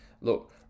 Look